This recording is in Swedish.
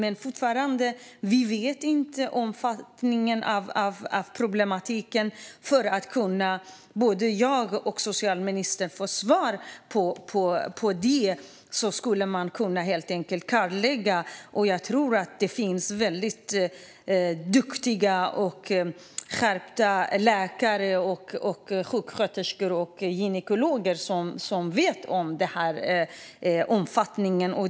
Vi vet inte tillräckligt om omfattningen av problematiken. För att både jag och socialministern ska kunna få svar på detta skulle man helt enkelt kunna göra en kartläggning. Jag tror att det finns väldigt duktiga och skärpta läkare, sjuksköterskor och gynekologer som känner till omfattningen.